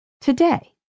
today